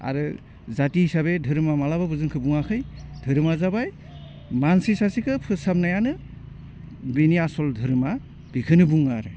आरो जाथि हिसाबै धोरोमा मालाबाबो जोंखौ बुङाखै धोरोमा जाबाय मानसि सासेखौ फोसाबनायानो बेनि आसल धोरोमा बिखौनो बुङो आरो